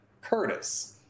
Curtis